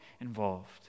involved